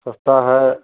सस्ता है